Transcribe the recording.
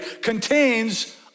contains